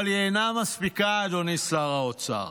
אבל היא אינה מספיקה, אדוני שר האוצר.